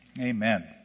amen